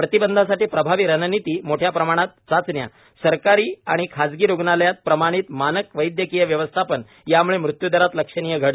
प्रतिबंधासाठी प्रभावी रणनीती मोठ्या प्रमाणात चाचण्यासरकारी आणि खाजगी रुग्णालयात प्रमाणित मानक वैदयकीय व्यवस्थापन यामुळे मृत्यू दरात लक्षणीय घट झाली आहे